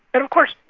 and of course,